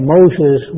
Moses